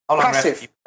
Passive